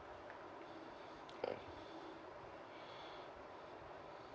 uh